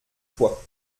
fois